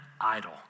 idol